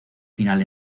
final